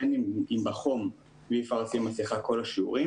בין אם בגלל החום כשאי אפשר לשים מסכה בכל השיעורים,